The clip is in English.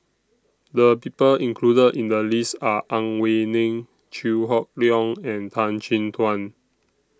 The People included in The list Are Ang Wei Neng Chew Hock Leong and Tan Chin Tuan